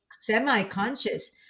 semi-conscious